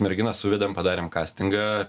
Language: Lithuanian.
merginas suvedėm padarėm kastingą